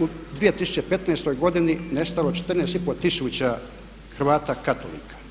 u 2015. godini nestalo 14,5 tisuća Hrvata katolika.